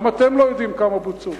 גם אתם לא יודעים כמה בוצעו,